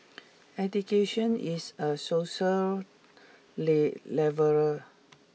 education is a social leveller